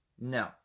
No